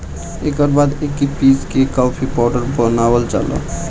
एकर बाद एके पीस के कॉफ़ी पाउडर बनावल जाला